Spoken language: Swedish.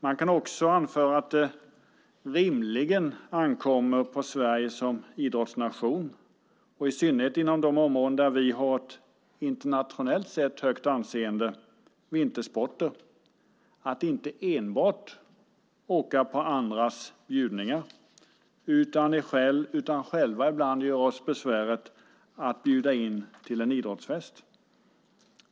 Man kan också anföra att det rimligen ankommer på Sverige som idrottsnation, och i synnerhet inom de områden där vi har ett internationellt sett högt anseende, vintersporter, att inte enbart åka på andras bjudningar utan själva ibland göra oss besväret att bjuda in till en idrottsfest.